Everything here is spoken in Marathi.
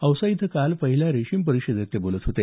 औसा इथं काल पहिल्या रेशीम परिषदेत ते बोलत होते